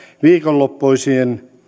viikonloppuisin